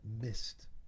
missed